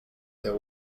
their